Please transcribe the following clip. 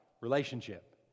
Relationship